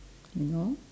you know